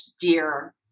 dear